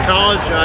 College